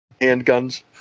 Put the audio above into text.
handguns